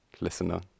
listener